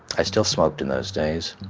i still smoked in those days